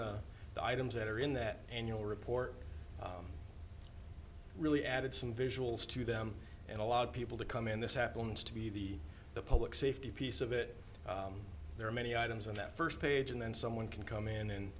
the items that are in that annual report really added some visuals to them and a lot of people to come and this happens to be the the public safety piece of it there are many items on that first page and then someone can come in and